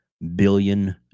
billion